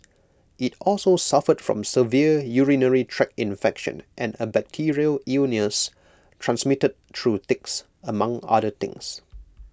IT also suffered from severe urinary tract infection and A bacterial illness transmitted through ticks among other things